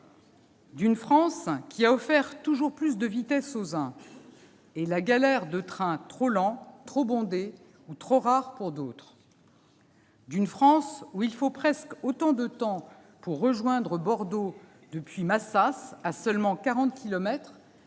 d'une France qui a offert toujours plus de vitesse aux uns et la galère de trains trop lents, trop bondés ou trop rares aux d'autres ; d'une France où il faut presque autant de temps pour rejoindre Bordeaux depuis Massas à seulement